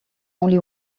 only